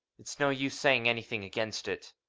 it's no use saying anything against it.